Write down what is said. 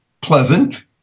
pleasant